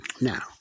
Now